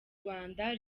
rwanda